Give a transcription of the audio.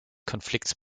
konflikts